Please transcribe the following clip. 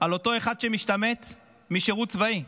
על אותו אחד שמשתמט משירות צבאי?